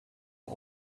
are